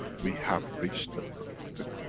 we have reached and the.